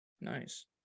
Nice